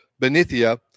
Benithia